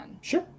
Sure